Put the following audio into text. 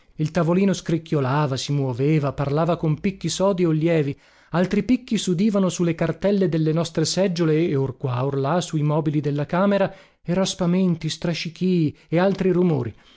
il tavolino scricchiolava si moveva parlava con picchi sodi o lievi altri picchi sudivano su le cartelle delle nostre seggiole e or qua or là su i mobili della camera e raspamenti strascichii e altri rumori